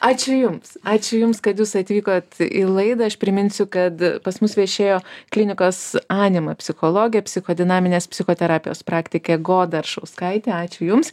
ačiū jums ačiū jums kad jūs atvykot į laidą aš priminsiu kad pas mus viešėjo klinikos anima psichologė psichodinaminės psichoterapijos praktikė goda aršauskaitė ačiū jums